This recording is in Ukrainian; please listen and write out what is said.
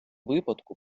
випадку